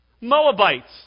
Moabites